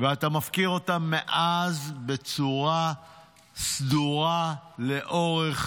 ואתה מפקיר אותם מאז בצורה סדורה לאורך